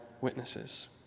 witnesses